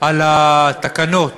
על התקנות